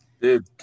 Dude